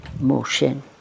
motion